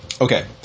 Okay